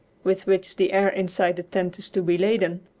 with which the air inside the tent is to be laden,